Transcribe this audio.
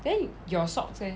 then your socks leh